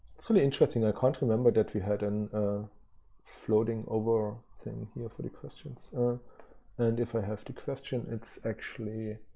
it's really interesting that i can't remember that we had an floating over thing here for the questions. and if i have to question it's actually